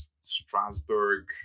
Strasbourg